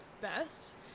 best